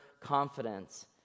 confidence